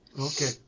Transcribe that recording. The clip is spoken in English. Okay